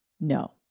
no